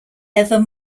ever